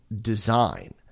design